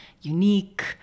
unique